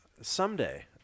Someday